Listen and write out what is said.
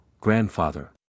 Grandfather